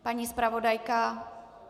Paní zpravodajka?